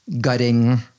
gutting